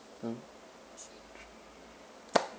uh